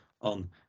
on